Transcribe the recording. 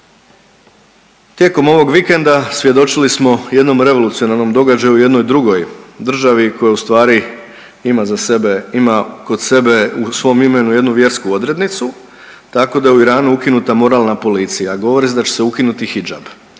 Tijekom ovog vikenda svjedočili smo jednom revolucionarnom događaju, jednoj drugoj državi koja ustvari ima za sebe, ima kod sebe u svom imenu jednu vjersku odrednicu, tako da je u Iranu ukinuta moralna policija, a govori se da će se ukinuti i hidžab.